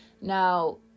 Now